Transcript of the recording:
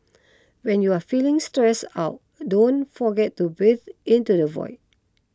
when you are feeling stress out don't forget to breathe into the void